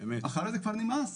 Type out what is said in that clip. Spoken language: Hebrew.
ואחרי זה כבר נמאס.